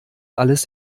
alles